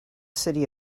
city